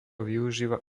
využíva